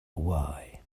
why